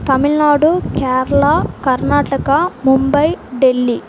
Tamil Nadu Kerala Karnataka Mumbai Delhi